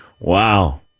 Wow